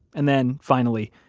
and then finally,